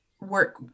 work